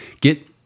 Get